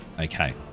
Okay